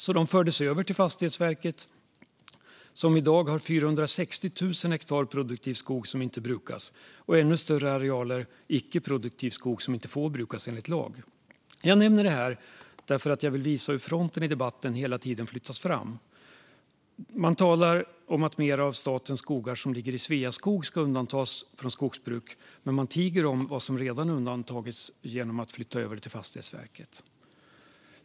De fördes alltså över till Fastighetsverket, som i dag har 460 000 hektar produktiv skog som inte brukas och ännu större arealer icke produktiv skog som inte får brukas enligt lag. Jag nämner detta för att jag vill visa hur fronten i debatten hela tiden flyttas fram. Man talar om att mer av statens skogar inom Sveaskog ska undantas från skogsbruk, men man tiger om vad som redan har undantagits genom att det har flyttats över till Fastighetsverket.